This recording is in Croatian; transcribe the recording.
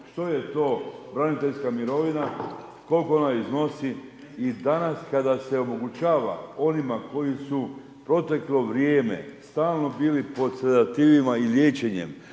što je to braniteljska mirovina, koliko ona iznosi i danas, kada se omogućava onima koji su proteklo vrijeme, stalno bili pod …/Govornik se ne